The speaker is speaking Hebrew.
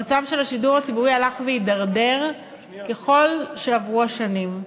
המצב של השידור הציבורי הלך והידרדר ככל שעברו השנים.